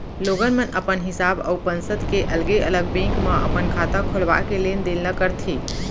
लोगन मन अपन हिसाब अउ पंसद के अलगे अलग बेंक म अपन खाता खोलवा के लेन देन ल करथे